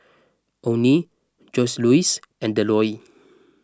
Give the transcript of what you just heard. Onnie Joseluis and Delois